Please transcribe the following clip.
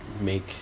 make